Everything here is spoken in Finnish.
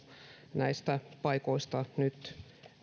näistä paikoista nyt